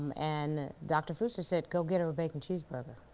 and dr. fuster said, go get her a bacon cheeseburger.